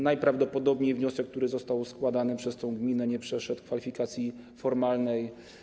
Najprawdopodobniej wniosek, który został złożony przez tę gminę, nie przeszedł kwalifikacji formalnej.